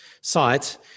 site